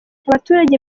abaturage